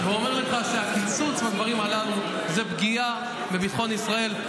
ואומר לך שהקיצוץ בדברים הללו הוא פגיעה בביטחון ישראל,